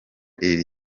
iri